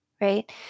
right